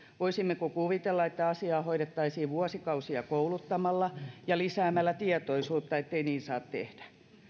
voisimmeko kuvitella että asiaa hoidettaisiin vuosikausia kouluttamalla ja lisäämällä tietoisuutta ettei niin saa tehdä